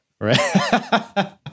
Right